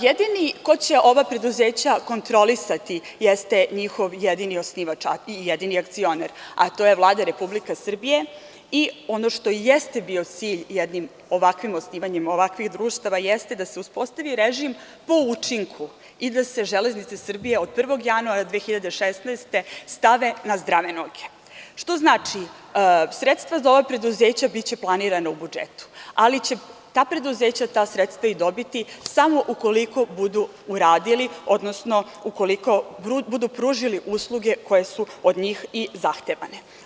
Jedini ko će ova preduzeća kontrolisati jeste njihov jedini osnivač i jedini akcionar, a to je Vlada Republike Srbije i ono što jeste bio cilj jednim ovakvim osnivanjem ovakvih društava jeste da se uspostavi režim po učinku i da se „Železnice Srbije“ od 1. januara 2016. godine zdrave noge, što znači – sredstva za ova preduzeća biće planirana u budžetu, ali će ta preduzeća ta sredstva dobiti samo ukoliko budu uradili, odnosno ukoliko budu pružili usluge koje su od njih i zahtevane.